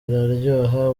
ziraryoha